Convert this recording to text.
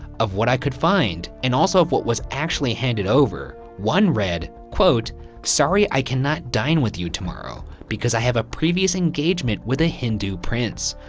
of what i could find, in and all so of what was actually handed over, one read, sorry i cannot dine with you tomorrow, because i have a previous engagement with a hindu prince.